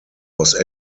was